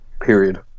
Period